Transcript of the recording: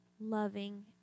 loving